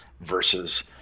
versus